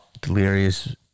Delirious